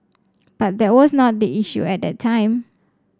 but that was not the issue at that time